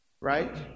right